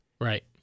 right